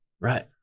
right